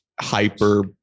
hyper